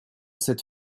cette